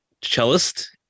cellist